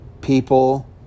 people